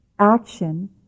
Action